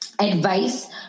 advice